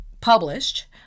published